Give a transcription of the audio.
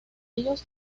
ellos